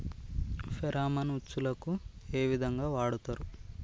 Pheromone ఉచ్చులకు ఏ విధంగా వాడుతరు?